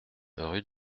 rue